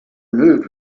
moved